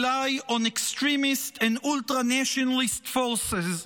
on extremist and ultra nationalist forces,